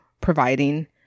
providing